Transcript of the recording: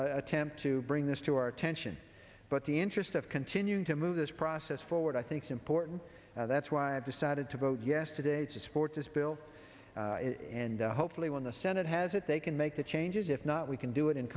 attempt to bring this to our attention but the interest of continuing to move this process forward i think is important that's why i've decided to vote yes today to support this bill and hopefully when the senate has it they can make the changes if not we can do it in